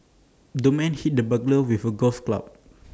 the man hit the burglar with A golf club